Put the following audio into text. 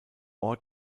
ort